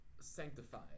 sanctified